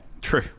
true